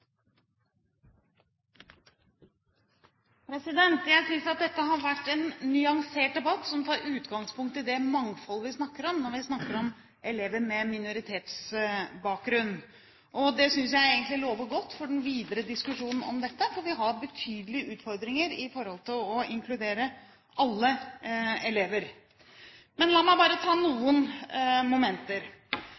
Jeg synes at dette har vært en nyansert debatt, som tar utgangspunkt i det mangfoldet vi snakker om når det gjelder elever med minoritetsbakgrunn. Det synes jeg egentlig lover godt for den videre diskusjonen om dette, for vi har betydelige utfordringer med å inkludere alle elever. La meg bare ta